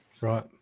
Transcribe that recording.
Right